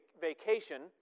vacation